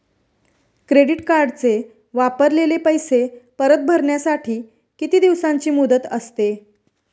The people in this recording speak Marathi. क्रेडिट कार्डचे वापरलेले पैसे परत भरण्यासाठी किती दिवसांची मुदत असते?